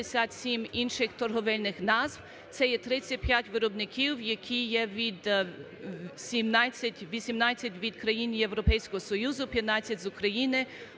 це є 35 виробників, які є від 17… 18 країн Європейського Союзу, 15 з України,